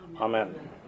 Amen